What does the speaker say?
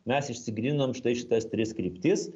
mes išsigryninom štai šitas tris kryptis